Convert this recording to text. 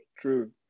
True